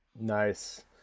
Nice